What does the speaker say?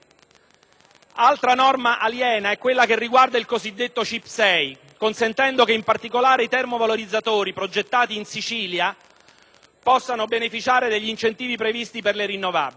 Altra norma aliena è quella che riguarda il cosiddetto CIP6, consentendo che in particolare i termovalorizzatori progettati in Sicilia possano beneficiare degli incentivi previsti per le rinnovabili.